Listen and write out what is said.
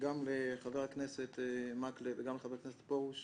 גם לחבר הכנסת מקלב וגם לחבר הכנסת פורוש